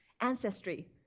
ancestry